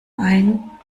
ein